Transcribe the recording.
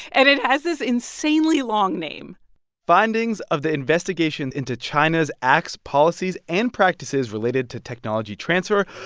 and it has this insanely long name findings of the investigation into china's acts, policies, and practices related to technology transfer,